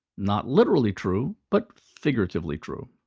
not literally true, but figuratively true.